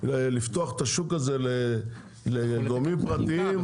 לפתוח את השוק הזה לגורמים פרטיים,